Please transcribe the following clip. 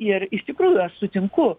ir iš tikrųjų aš sutinku